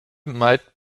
might